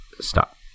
Stop